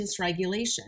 dysregulation